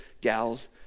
gals